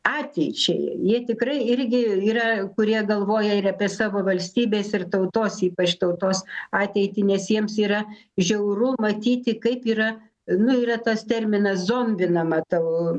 ateičiai jie tikrai irgi yra kurie galvoja ir apie savo valstybės ir tautos ypač tautos ateitį nes jiems yra žiauru matyti kaip yra nu yra tas terminas zombinama tavo